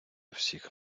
всіх